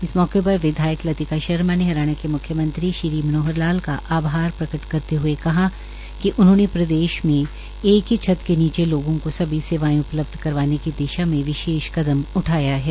इस मौके पर विधायक लतिका शर्मा ने हरियाणा के म्ख्यमंत्री श्री मनोहरलाल का आभार प्रकट करते हए कहा कि उन्होंने प्रदेश में एक ही छत के नीचे लोगों को सभी सेवाएं उपलब्ध करवाने की दिशा में विशेष कदम उठाया है